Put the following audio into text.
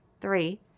Three